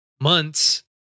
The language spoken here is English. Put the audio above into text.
months